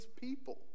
people